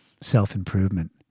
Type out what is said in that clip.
self-improvement